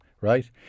right